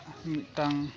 ᱢᱤᱫᱴᱟᱝ